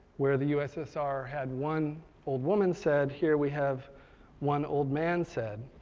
where the ussr had one old woman said, here we have one old man said.